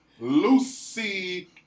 Lucy